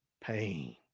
pain